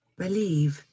believe